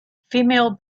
female